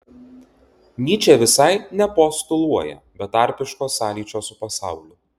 nyčė visai nepostuluoja betarpiško sąlyčio su pasauliu